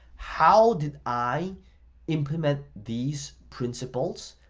how did i implement these principles?